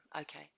okay